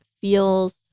feels